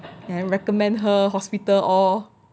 and recommend her hospital all